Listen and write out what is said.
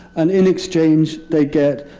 and in exchange they get